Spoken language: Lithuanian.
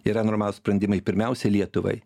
yra normalūs sprendimai pirmiausia lietuvai